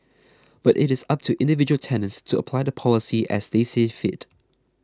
but it is up to individual tenants to apply the policy as they see fit